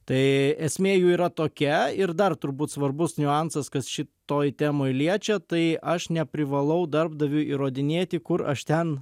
tai esmė jų yra tokia ir dar turbūt svarbus niuansas kas šitoj temoj liečia tai aš neprivalau darbdaviui įrodinėti kur aš ten